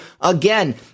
again